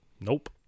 Nope